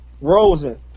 Rosen